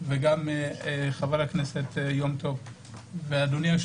גם חבר הכנסת יום טוב וגם מדבריך אדוני.